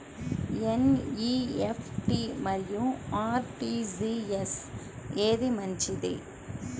NEFT మరియు RTGS ఏది మంచిది?